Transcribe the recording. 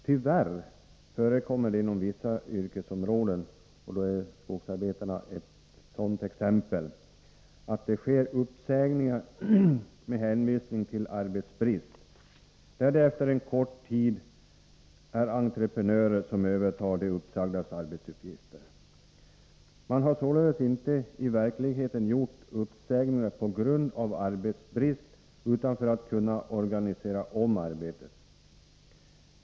Tyvärr förekommer det inom vissa yrkesområden — skogsarbetarna är ett sådant exempel — att det sker uppsägningar med hänvisning till arbetsbrist medan det efter en kort tid är entreprenörer som övertar de uppsagdas arbetsuppgifter. Man har således inte i verkligheten gjort uppsägningar på grund av arbetsbrist utan för att kunna organisera om arbetet.